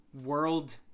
world